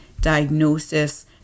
diagnosis